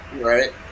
right